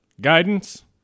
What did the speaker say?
Guidance